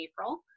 April